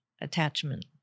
attachment